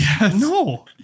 No